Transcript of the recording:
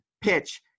PITCH